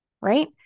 right